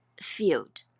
field